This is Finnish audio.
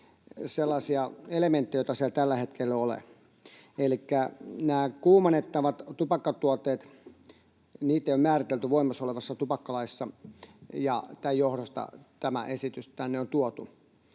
sellaisia elementtejä, joita siellä tällä hetkellä ei ole. Elikkä näitä kuumennettavia tupakkatuotteita ei ole määritelty voimassa olevassa tupakkalaissa, ja tämän johdosta tämä esitys tänne on tuotu.